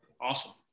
Awesome